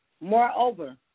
Moreover